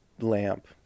lamp